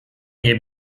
nie